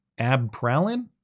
Abpralin